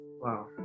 wow